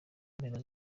mpera